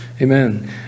Amen